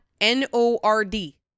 n-o-r-d